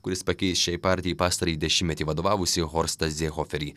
kuris pakeis šiai partijai pastarąjį dešimtmetį vadovavusį horstą zė hoferį